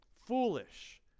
foolish